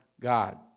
God